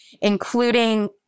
including